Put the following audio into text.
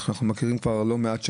אנחנו מכירים כבר לא מעט שנים.